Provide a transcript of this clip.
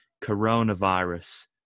coronavirus